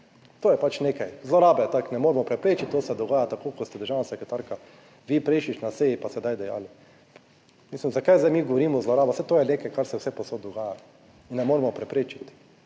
to je pač nekaj, zlorabe tako ne moremo preprečiti, to se dogaja tako kot ste državna sekretarka vi prejšnjič na seji, pa sedaj dejali. Mislim, zakaj zdaj mi govorimo o zlorabah, saj to je nekaj kar se vsepovsod dogaja in ne moremo preprečiti,